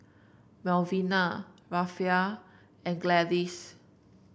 Melvina Rafe and Gladys